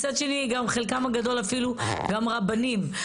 מצד שני גם חלקם הגדול אפילו גם רבנים.